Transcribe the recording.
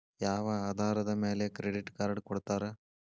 ಯಾವ ಆಧಾರದ ಮ್ಯಾಲೆ ಕ್ರೆಡಿಟ್ ಕಾರ್ಡ್ ಕೊಡ್ತಾರ?